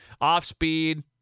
off-speed